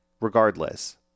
regardless